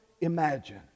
imagine